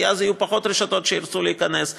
כי אז פחות רשתות ירצו להיכנס.